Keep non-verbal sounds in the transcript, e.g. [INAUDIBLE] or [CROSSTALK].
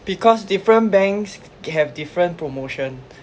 [LAUGHS] because different banks have different promotions